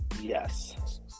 Yes